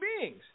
beings